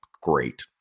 great